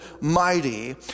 mighty